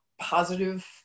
positive